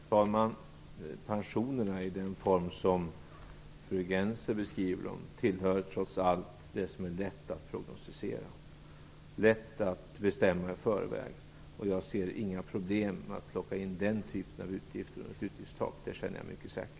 Herr talman! Pensionerna i den form som fru Gennser beskriver dem tillhör trots allt det som är lätt att prognosticera, lätt att bestämma i förväg. Jag ser inga problem att plocka in den typen av utgifter under ett utgiftstak. Där känner jag mig mycket säker.